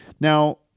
now